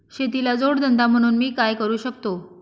शेतीला जोड धंदा म्हणून मी काय करु शकतो?